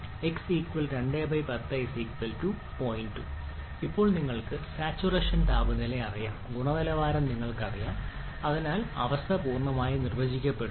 2 ഇപ്പോൾ നിങ്ങൾക്ക് സാച്ചുറേഷൻ താപനില അറിയാം ഗുണനിലവാരം നിങ്ങൾക്കറിയാം അതിനാൽ സംസ്ഥാനം പൂർണ്ണമായും നിർവചിക്കപ്പെടുന്നു